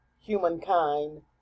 humankind